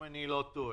אם אני לא טועה.